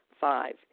Five